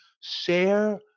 share